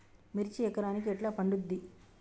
మిర్చి ఎకరానికి ఎట్లా పండుద్ధి?